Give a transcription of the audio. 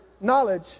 knowledge